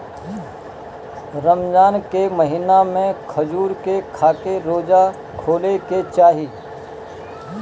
रमजान के महिना में खजूर के खाके रोज़ा खोले के चाही